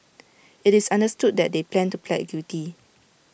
IT is understood that they plan to plead guilty